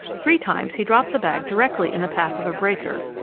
three times he dropped the bag directly in the path of a breaker,